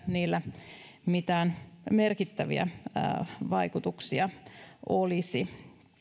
niillä mitään merkittäviä vaikutuksia olisi